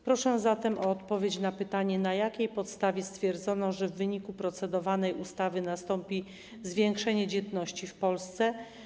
Proszę zatem o odpowiedź na pytanie: Na jakiej podstawie stwierdzono, że w wyniku procedowanej ustawy nastąpi zwiększenie dzietności w Polsce?